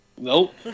Nope